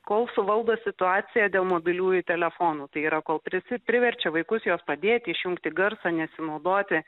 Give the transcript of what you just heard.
kol suvaldo situaciją dėl mobiliųjų telefonų tai yra kol prisi priverčia vaikus juos padėti išjungti garsą nesinaudoti